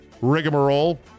rigmarole